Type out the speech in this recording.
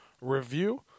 review